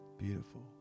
beautiful